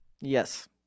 Yes